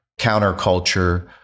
Counterculture